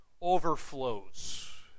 overflows